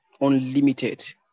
unlimited